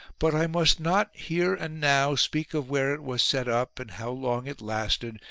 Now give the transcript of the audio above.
but i must not, here and now, speak of where it was set up, and how long it lasted,